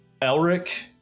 Elric